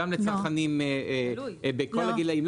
גם לצרכנים בכל הגילאים.